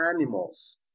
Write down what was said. animals